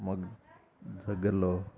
మాకు దగ్గరలో